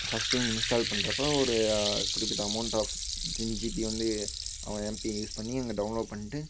first time install பண்ணுறப்ப ஒரு குறிப்பிட்ட அமௌண்ட் ஆஃப் டென் ஜீபி வந்து அவன் எம்பியை யூஸ் பண்ணி அங்கே டவுன்லோட் பண்ணிட்டு